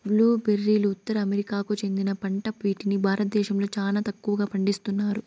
blue బెర్రీలు ఉత్తర అమెరికాకు చెందిన పంట వీటిని భారతదేశంలో చానా తక్కువగా పండిస్తన్నారు